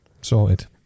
Sorted